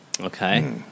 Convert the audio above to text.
Okay